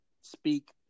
speak